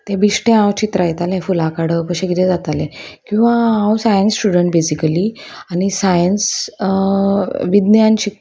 ते बिश्टें हांव चित्रयताले फुलां काडप अशें किदें जातालें किंवां हांव सायन्स स्टुडंट बेजिकली आनी सायन्स विज्ञान शिक